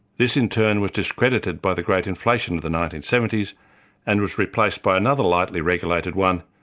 this in turn was discredited by the great inflation of the nineteen seventy s and was replaced by another lightly-regulated one,